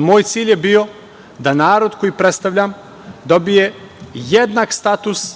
moj cilj je bio da narod koji predstavljam dobije jednak status